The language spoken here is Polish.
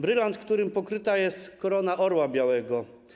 Brylant, którym pokryta jest korona Orła Białego.